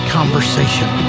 Conversation